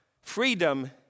freedom